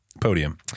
podium